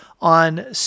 on